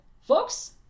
Folks